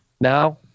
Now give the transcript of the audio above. now